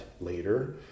later